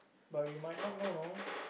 but we might not know know